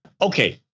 Okay